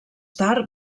tard